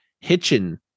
Hitchin